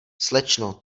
slečno